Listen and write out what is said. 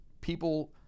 people